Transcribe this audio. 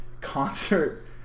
concert